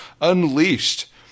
unleashed